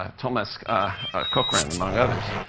thomas cochrane, among others.